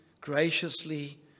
graciously